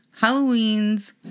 Halloween's